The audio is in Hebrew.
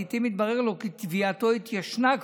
לעיתים מתברר לו כי תביעתו כבר התיישנה,